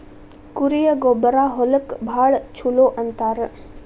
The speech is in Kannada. ಕುರಿಯ ಗೊಬ್ಬರಾ ಹೊಲಕ್ಕ ಭಾಳ ಚುಲೊ ಅಂತಾರ